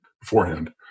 beforehand